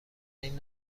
این